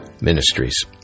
Ministries